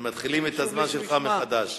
בבקשה, אדוני, מתחילים את הזמן שלך מחדש.